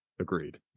Agreed